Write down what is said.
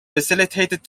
facilitated